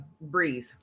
breathe